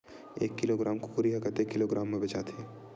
एक किलोग्राम कुकरी ह कतेक किलोग्राम म बेचाथे?